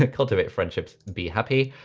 ah cultivate friendships, be happy.